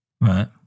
Right